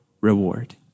reward